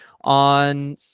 on